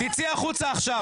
תצאי החוצה עכשיו.